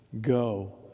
go